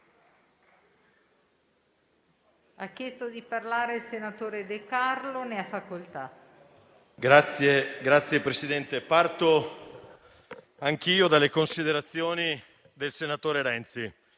Signor Presidente, parto anch'io dalle considerazioni del senatore Renzi.